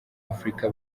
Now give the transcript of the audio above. afurika